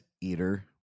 Eater